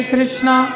Krishna